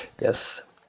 yes